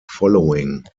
following